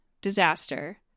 Disaster